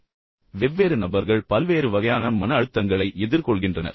இப்போது வெவ்வேறு நபர்கள் பல்வேறு வகையான மன அழுத்தங்களை எதிர்கொள்கின்றனர்